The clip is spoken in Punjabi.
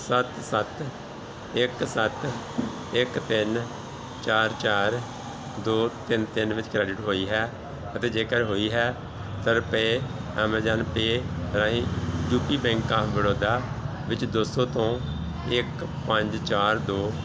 ਸੱਤ ਸੱਤ ਇੱਕ ਸੱਤ ਇੱਕ ਤਿੰਨ ਚਾਰ ਚਾਰ ਦੋ ਤਿੰਨ ਤਿੰਨ ਵਿੱਚ ਕ੍ਰੈਡਿਟ ਹੋਈ ਹੈ ਅਤੇ ਜੇਕਰ ਹੋਈ ਹੈ ਤਾਂ ਰੁਪਏ ਐਮਾਜ਼ਾਨ ਪੇ ਰਾਹੀਂ U P bank of Baroda ਵਿੱਚ ਦੋ ਸੌ ਤੋਂ ਇੱਕ ਪੰਜ ਚਾਰ ਦੋ